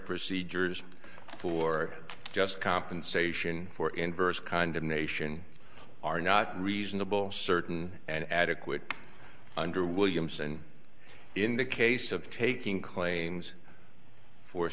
procedures for just compensation for inverse condemnation are not reasonable certain and adequate under williams and in the case of taking claims for